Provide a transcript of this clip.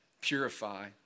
purify